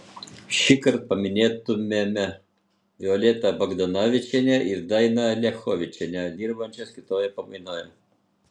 šįkart paminėtumėme violetą bagdonavičienę ir dainą liachovičienę dirbančias kitoje pamainoje